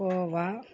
Goa